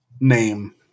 name